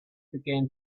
began